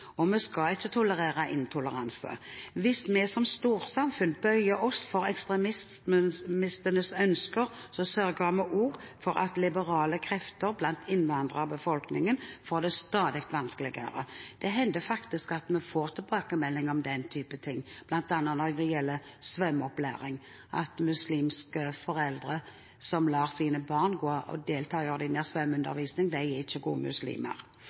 og vi skal ikke tolerere intoleranse. Hvis vi som storsamfunn bøyer oss for ekstremistenes ønsker, så sørger vi også for at liberale krefter blant innvandrerbefolkningen får det stadig vanskeligere. Det hender faktisk at vi får tilbakemeldinger om den type ting, bl.a. når det gjelder svømmeopplæring – at muslimske foreldre som lar sine barn delta i ordinær svømmeundervisning, ikke er gode muslimer.